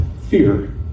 fear